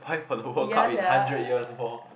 fight for the World Cup in hundred years more